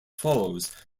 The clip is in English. follows